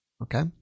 okay